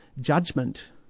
judgment